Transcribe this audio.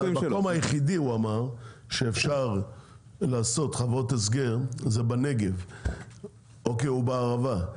המקום היחידי הוא אמר שאפשר לעשות חוות הסגר זה בנגב אוקיי או בערבה,